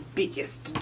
biggest